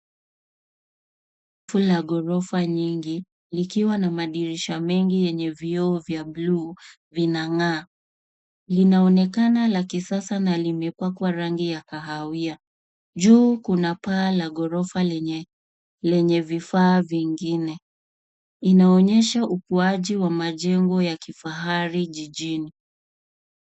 Jengo la ghorofa nyingi, likiwa na madirisha mengi yenye vioo vya blue vinang'aa. Linaonekana la kisasa na limepakwa rangi ya kahawia. Juu kuna paa la ghorofa lenye, lenye vifaa vingine. Inaonyesha ukuaji wa majengo ya kifahari jijini.